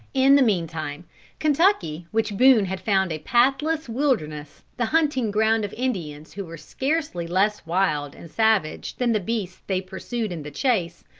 in the meantime kentucky, which boone had found a pathless wilderness, the hunting ground of indians who were scarcely less wild and savage than the beasts they pursued in the chase,